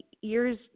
years